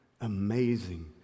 amazing